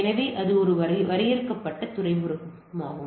எனவே அது ஒரு வரையறுக்கப்பட்ட துறைமுகமாகும்